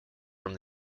from